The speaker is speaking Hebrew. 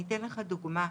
אני אתן לך דוגמה.